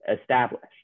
established